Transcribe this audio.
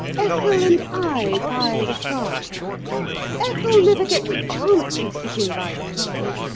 ethel and i by the fire ethel never gets a chance of sitting by the fire.